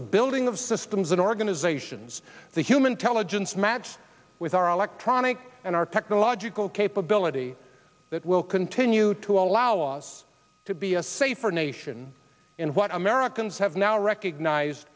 the building of systems and organizations the human televisions match with our electronics and our technological capability that will continue to allow us to be a safer nation and what americans have now recognized